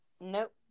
Nope